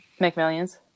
McMillions